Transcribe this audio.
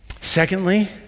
Secondly